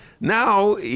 now